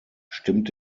stimmt